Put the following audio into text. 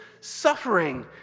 suffering